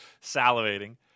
salivating